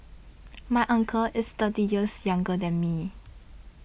my uncle is thirty years younger than me